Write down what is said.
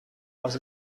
was